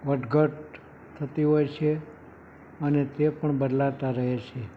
વધઘટ થતી હોય છે અને તે પણ બદલાતા રહે છે